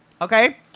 Okay